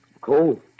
Cool